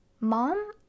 Mom